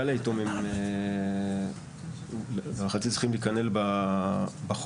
כלל היתומים להערכתי צריכים להיכלל בחוק,